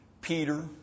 Peter